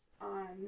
on